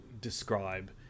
describe